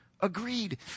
Agreed